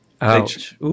Ouch